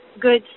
good